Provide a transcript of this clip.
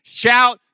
shout